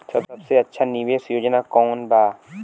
सबसे अच्छा निवेस योजना कोवन बा?